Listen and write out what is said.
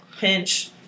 pinch